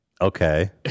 Okay